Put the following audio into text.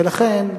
ולכן,